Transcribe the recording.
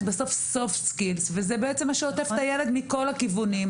בסוף Soft Skills וזה בעצם מה שעוטף את הילד מכל הכיוונים.